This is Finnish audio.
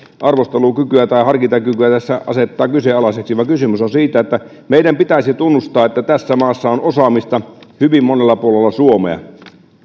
arvostelukykyä tai harkintakykyä tässä asettaa kyseenalaiseksi vaan kysymys on siitä että meidän pitäisi tunnustaa että tässä maassa on osaamista hyvin monella puolella suomea